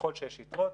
ככל שיש יתרות,